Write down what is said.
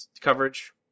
coverage